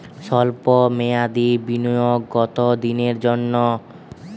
সল্প মেয়াদি বিনিয়োগ কত দিনের জন্য?